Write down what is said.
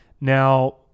Now